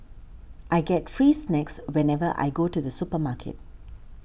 I get free snacks whenever I go to the supermarket